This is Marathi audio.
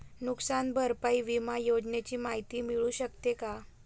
नुकसान भरपाई विमा योजनेची माहिती मिळू शकते का?